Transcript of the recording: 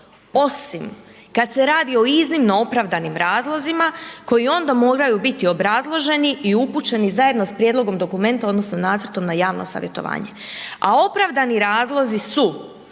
osim kada se radi o iznimno opravdanim razlozima koji onda moraju biti obrazloženi i upućeni zajedno s prijedlogom dokumenta odnosno nacrtom na javno savjetovanje. A pravdani razlozi su: